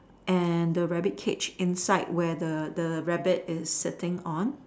and the rabbit cage inside where the the rabbit is sitting on